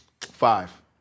Five